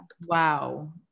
Wow